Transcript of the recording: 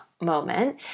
moment